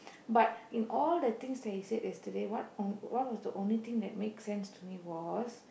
but in all the things he say yesterday what what was the only thing that make sense to me was